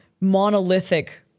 monolithic